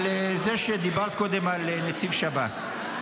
על זה שדיברת קודם על נציב שב"ס.